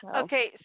Okay